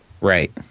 Right